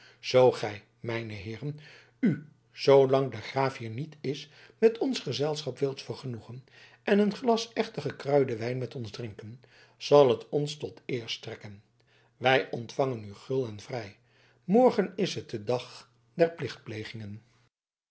zoo gij mijne heeren u zoolang de graaf niet hier is met ons gezelschap wilt vergenoegen en een glas echten gekruiden wijn met ons drinken zal het ons tot eer strekken wij ontvangen u gul en vrij morgen is het de dag